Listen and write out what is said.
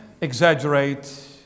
exaggerate